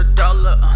dollar